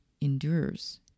endures